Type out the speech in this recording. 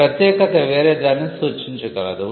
ఈ ప్రత్యేకత వేరే దాన్ని సూచించగలదు